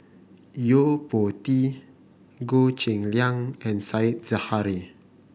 Yo Po Tee Goh Cheng Liang and Said Zahari